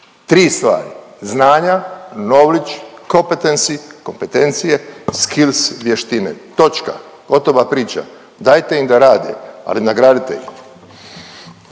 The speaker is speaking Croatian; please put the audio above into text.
competencies, kompetencije, skills, vještine. Točka, gotova priča. Dajte im da rade. Ali nagradite ih.